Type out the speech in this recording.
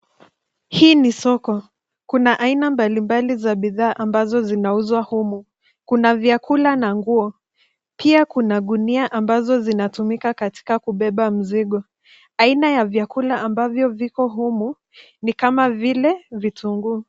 Hii ni soko, kuna aina mbalimbali za bidhaa ambazo zinauzwa humu, kuna vyakula na nguo, pia kuna gunia ambazo zinatumika katika kubeba mzigo. Aina ya vyakula ambavyo viko humu ni kama vile vitunguu.